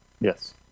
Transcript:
Yes